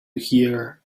hear